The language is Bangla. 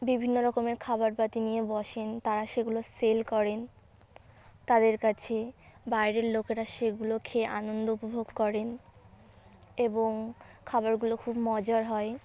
বিভিন্ন রকমের খাওয়ার পাতি নিয়ে বসেন তারা সেগুলো সেল করেন তাদের কাছে বাইরের লোকেরা সেগুলো খেয়ে আনন্দ উপভোগ করেন এবং খাবারগুলো খুব মজার হয়